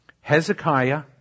Hezekiah